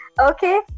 Okay